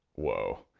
whoa,